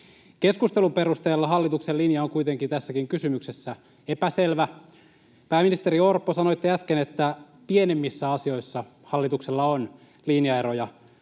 Keskustelun perusteella hallituksen linja on kuitenkin tässäkin kysymyksessä epäselvä. Pääministeri Orpo, sanoitte äsken, että pienemmissä asioissa hallituksella on linjaeroja.